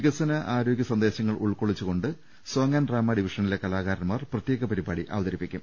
വികസന ആരോഗ്യ സന്ദേശങ്ങൾ ഉൾക്കൊള്ളിച്ചുകൊണ്ട് സോങ് ആന്റ് ഡ്രാമ ഡിവിഷനിലെ കലാകാരന്മാർ പ്രത്യേക പരിപാടി അവതരിപ്പിക്കും